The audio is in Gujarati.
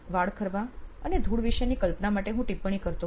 વાળ ખરવા અને ધૂળ વિશેની કલ્પના માટે હું ટિપ્પણી કરતો હતો